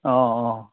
অঁ অঁ